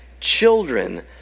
children